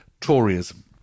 Toryism